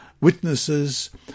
witnesses